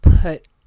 put